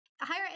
Higher